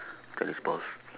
tennis balls